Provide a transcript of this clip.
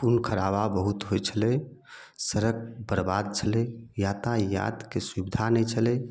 खून खराबा बहुत होइत छलै सड़क बर्बाद छलै यातायातके सुबिधा नहि छलै